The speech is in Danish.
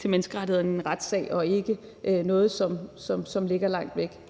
til menneskerettighederne i en retssag og ikke til noget, som ligger langt væk.